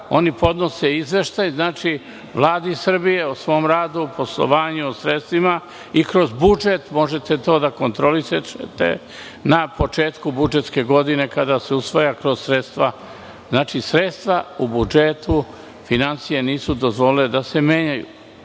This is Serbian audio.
oni podnose izveštaj Vladi Srbije o svom radu, poslovanju od sredstvima, i kroz budžet možete to da kontrolišete, na početku budžetske godine, kada se usvaja kroz sredstva. Znači, sredstva u budžetu, finansije nisu dozvolile da se menjaju,